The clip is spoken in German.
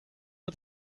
uns